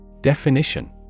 Definition